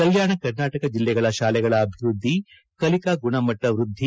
ಕಲ್ಕಾಣ ಕರ್ನಾಟಕ ಜಿಲ್ಲೆಗಳ ಶಾಲೆಗಳ ಅಭಿವೃದ್ಧಿ ಕಲಿಕಾ ಗುಣಮಟ್ಟ ವೃದ್ಧಿ